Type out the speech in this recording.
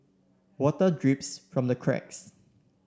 water drips from the cracks